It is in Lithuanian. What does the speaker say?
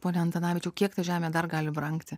pone antanavičiau kiek ta žemė dar gali brangti